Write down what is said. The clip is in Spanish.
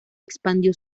expandió